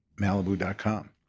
malibu.com